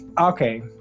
okay